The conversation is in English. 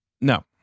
No